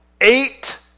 Eight